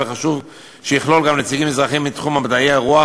וחשוב שיכלול גם נציגים מזרחים מתחום מדעי הרוח,